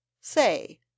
Say